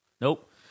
nope